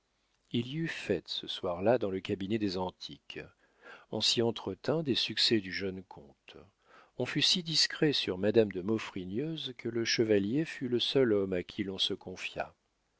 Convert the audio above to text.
il y eut fête ce soir-là dans le cabinet des antiques on s'y entretint des succès du jeune comte on fut si discret sur madame de maufrigneuse que le chevalier fut le seul homme à qui l'on se confia